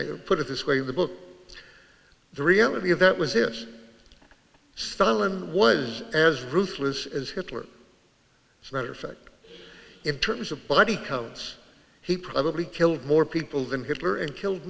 i put it this way the book the reality of that was this stalin was as ruthless as hitler it's not perfect in terms of body counts he probably killed more people than hitler and killed